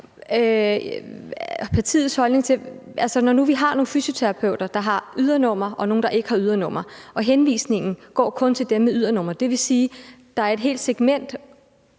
har nogle fysioterapeuter, der har ydernummer, og nogle, der ikke har ydernummer, og henvisningen kun går til dem med ydernummer, så vil det sige, at der er et helt segment